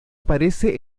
aparece